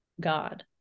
god